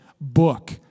book